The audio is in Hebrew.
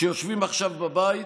שיושבים עכשיו בבית